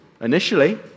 initially